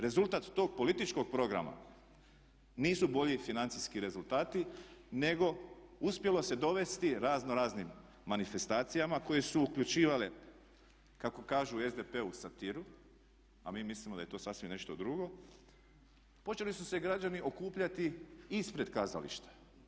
Rezultat tog političkog programa nisu bolji financijski rezultati nego uspjelo se dovesti razno raznim manifestacijama koje su uključivale kako kažu u SDP-u satiru, a mi mislimo da je to sasvim nešto drugo, počeli su se građani okupljati ispred kazališta.